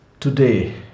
Today